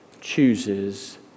chooses